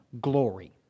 glory